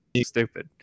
stupid